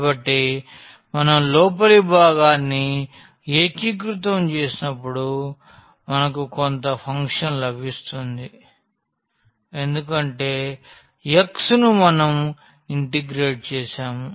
కాబట్టి మనం లోపలి భాగాన్ని ఏకీకృతం చేసినప్పుడు మనకు కొంత ఫంక్షన్ లభిస్తుంది ఎందుకంటే x ను మనం ఇంటిగ్రేట్ చేసాము